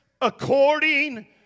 according